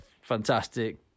fantastic